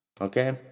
Okay